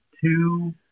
two